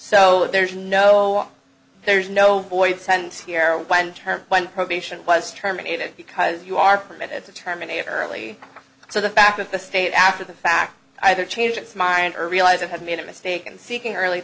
so there's no there's no void sense here when term when probation was terminated because you are permitted to terminate early so the fact that the state after the fact either changed its mind or realize it had made a mistake and seeking early